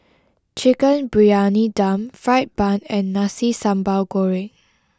Chicken Briyani Dum Fried Bun and Nasi Sambal Goreng